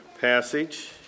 passage